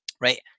right